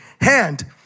hand